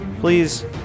please